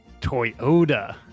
Toyota